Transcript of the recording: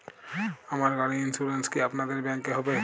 আমার গাড়ির ইন্সুরেন্স কি আপনাদের ব্যাংক এ হবে?